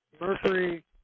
Mercury